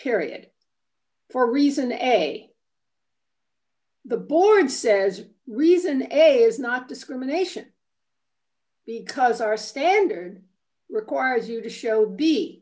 period for reason a the board says reason a is not discrimination because our standard requires you to show b